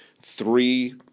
three